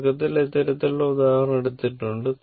തുടക്കത്തിൽ ഇത്തരത്തിലുള്ള ഉദാഹരണം എടുത്തിട്ടുണ്ട്